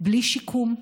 בלי שיקום,